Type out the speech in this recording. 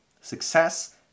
success